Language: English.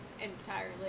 entirely